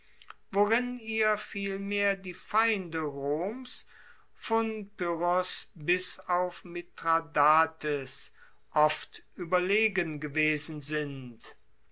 worin ihr vielmehr die feinde roms von pyrrhos bis auf mithradates oft ueberlegen gewesen sind